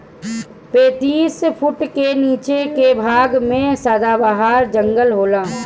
पैतीस फुट के नीचे के भाग में सदाबहार जंगल होला